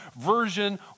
version